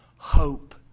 Hope